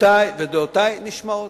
שעמדותי ודעותי נשמעות.